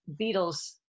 Beatles